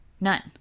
None